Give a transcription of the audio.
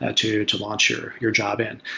ah to to launch your your job end.